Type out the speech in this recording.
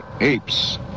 apes